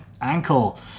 ankle